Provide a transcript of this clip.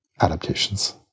adaptations